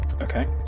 Okay